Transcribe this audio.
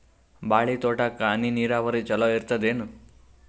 ಬಾಳಿ ತೋಟಕ್ಕ ಹನಿ ನೀರಾವರಿ ಚಲೋ ಇರತದೇನು?